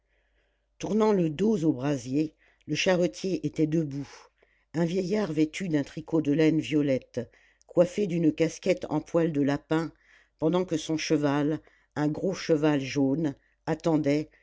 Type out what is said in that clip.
tournant le dos au brasier le charretier était debout un vieillard vêtu d'un tricot de laine violette coiffé d'une casquette en poil de lapin pendant que son cheval un gros cheval jaune attendait